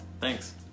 thanks